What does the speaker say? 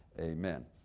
amen